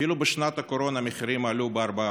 אפילו בשנת הקורונה המחירים עלו ב-4%.